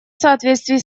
соответствие